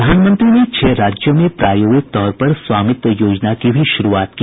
प्रधानमंत्री ने छह राज्यों में प्रायोगिक तौर पर स्वामित्व योजना की भी शुरूआत की